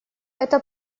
эта